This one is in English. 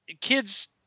Kids